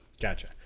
gotcha